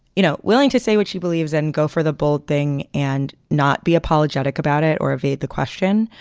you know, willing to say what she believes and go for the bold thing and not be apologetic about it or evade the question.